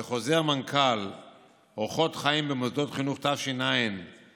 בחוזר מנכ"ל אורחות חיים במוסדות חינוך תש"ע/1